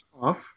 off